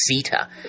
CETA